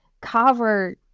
cover